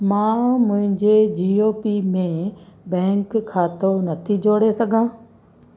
मां मुंहिंजे जीओ पी में बैंक ख़ातो नथी जोड़े सघां